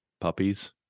puppies